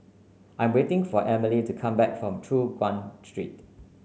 I'm waiting for Emely to come back from Choon Guan Street